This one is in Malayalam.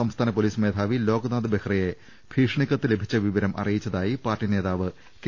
സംസ്ഥാന പോലീസ് മേധാവി ലോക്നാഥ് ബെഹ്റയെ ഭീഷണിക്കത്ത് ലഭിച്ച വിവരം അറിയിച്ചതായി പാർട്ടി നേതാവ് കെ